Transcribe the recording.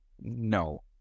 no